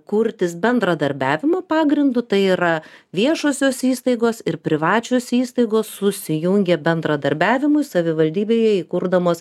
kurtis bendradarbiavimo pagrindu tai yra viešosios įstaigos ir privačios įstaigos susijungė bendradarbiavimui savivaldybėje įkurdamos